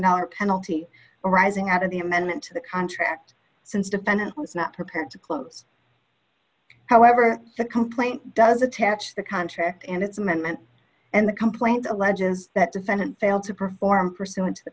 hour penalty arising out of the amendment to the contract since defendant was not prepared to close however the complaint does attach the contract and its amendment and the complaint alleges that defendant failed to perform pursuant to the